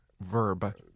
verb